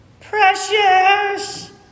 precious